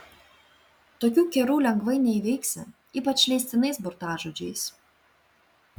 tokių kerų lengvai neįveiksi ypač leistinais burtažodžiais